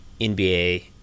NBA